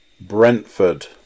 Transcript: Brentford